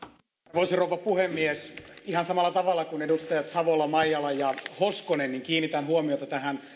rouva puhemies ihan samalla tavalla kuin edustajat savola maijala ja hoskonen kiinnitän huomiota näihin